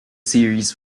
series